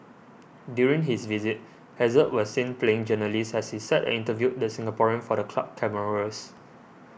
during his visit Hazard was seen playing journalist as he sat and interviewed the Singaporean for the club cameras